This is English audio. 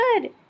good